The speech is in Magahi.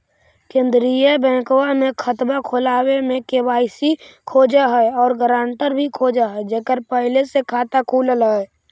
केंद्रीय बैंकवा मे खतवा खोलावे मे के.वाई.सी खोज है और ग्रांटर भी खोज है जेकर पहले से खाता खुलल है?